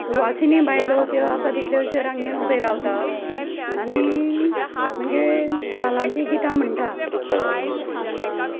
सवासिनी बायलो त्यो आसा तितल्यो अश्यो रांगेन उबे रावता आनी मागीर धालांचीं गितां म्हणटा